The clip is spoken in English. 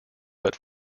but